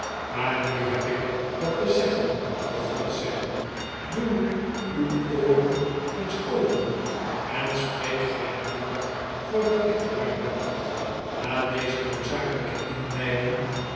maar nu heb ik wat te zeggen begon sam doe nu uw ooren eens open en spreek geen woord voordat ik klaar ben na deze noodzakelijke inleiding